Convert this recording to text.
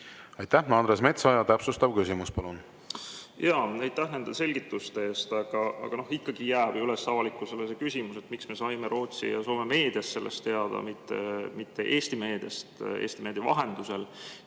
Aitäh! Andres Metsoja, täpsustav küsimus, palun! Jaa! Aitäh nende selgituste eest! Aga ikkagi jääb ju üles avalikkusele küsimus, miks me saime Rootsi ja Soome meediast sellest teada, mitte Eesti meediast, Eesti meedia vahendusel.